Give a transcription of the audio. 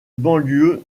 banlieue